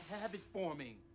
habit-forming